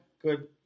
good